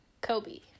Kobe